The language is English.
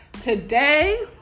Today